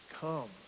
come